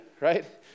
right